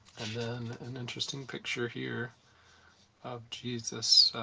and then an interesting picture here of jesus,